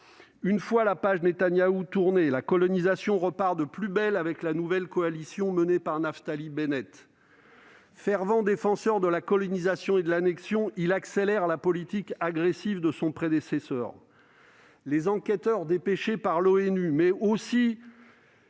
Une fois la page Netanyahu tournée, la colonisation repart de plus belle, avec la nouvelle coalition menée par Naftali Bennett. Fervent défenseur de la colonisation et de l'annexion, ce dernier accélère la politique agressive de son prédécesseur. Les enquêteurs dépêchés par l'ONU, mais aussi